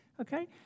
Okay